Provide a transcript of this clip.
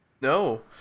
No